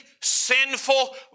sinful